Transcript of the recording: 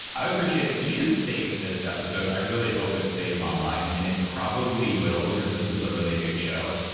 i'd appreciate that you should save this episode. i really hope it stays online, and it probably will because this is a really big show.